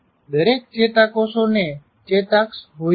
દરેક ચેતાકોષોને ચેતાક્ષ હોય છે